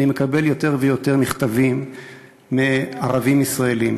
אני מקבל יותר ויותר מכתבים מערבים ישראלים